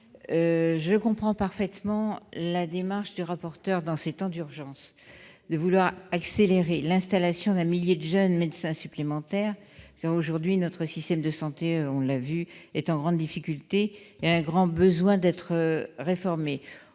Je comprends parfaitement la démarche du rapporteur, dans ces temps d'urgence, tendant à accélérer l'installation d'un millier de jeunes médecins supplémentaires. Aujourd'hui, notre système de santé est en grande difficulté et a grand besoin d'être réformé.